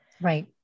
Right